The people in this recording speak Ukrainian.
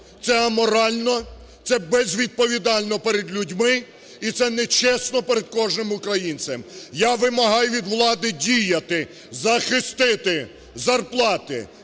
це аморально, це безвідповідально перед людьми, і це нечесно перед кожним українцем. Я вимагаю від влади діяти, захистити зарплати,